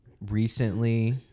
recently